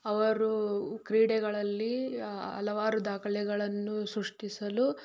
ಅವರು ಕ್ರೀಡೆಗಳಲ್ಲಿ ಹಲವಾರು ದಾಖಲೆಗಳನ್ನು ಸೃಷ್ಟಿಸಲು